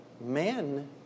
men